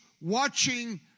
watching